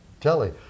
telly